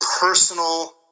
personal